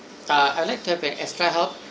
uh I like to have an extra help